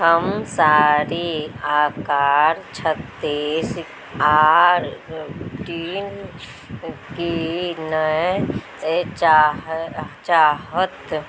हम साड़ी आकार छत्तीस आओर टीन कीनय चाह चाहत